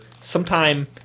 sometime